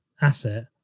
asset